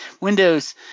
Windows